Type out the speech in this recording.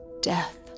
Death